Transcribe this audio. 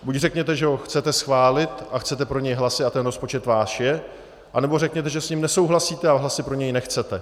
Buď řekněte, že ho chcete schválit a chcete pro něj hlasy, a ten rozpočet váš je, anebo řekněte, že s ním nesouhlasíte a hlasy pro něj nechcete.